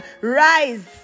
Rise